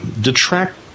detract